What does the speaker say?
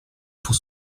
pour